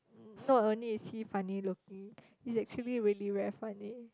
not only is he funny looking he's actually really very funny